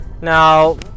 Now